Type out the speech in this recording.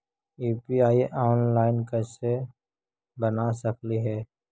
UPI online कैसे बना सकली हे?